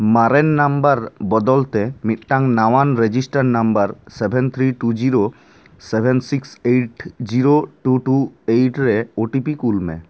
ᱢᱟᱨᱮᱱ ᱱᱟᱢᱵᱟᱨ ᱵᱚᱫᱚᱞᱛᱮ ᱢᱤᱫᱴᱟᱝ ᱱᱟᱣᱟᱱ register number seven three two zero seven six eight zero two two eight ᱨᱮ ᱳ ᱴᱤ ᱯᱤ ᱠᱩᱞ ᱢᱮ